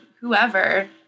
whoever